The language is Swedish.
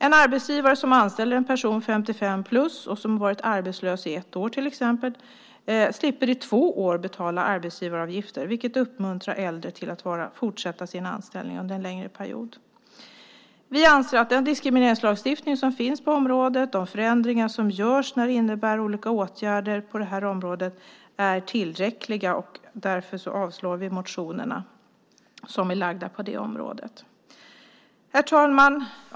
En arbetsgivare som anställer en person som är 55-plus och som har varit arbetslös i ett år till exempel slipper i två år betala arbetsgivaravgifter, vilket uppmuntrar äldre till att fortsätta sin anställning under en längre period. Vi anser att den diskrimineringslagstiftning som finns på området och de förändringar som görs när det gäller olika åtgärder på det här området är tillräckliga. Därför avstyrker vi motionerna på det området. Herr talman!